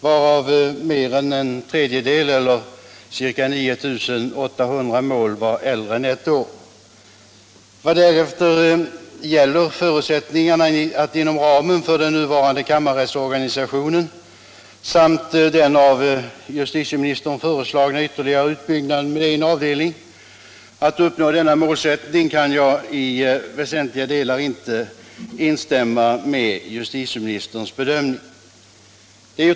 Vad därefter gäller förutsättningarna att inom ramen för den nuvarande kammarrättsorganisationen samt den av justitieministern föreslagna utbyggnaden med en avdelning nå det uppsatta målet kan jag i väsentliga delar inte instämma i justitieministerns bedömning.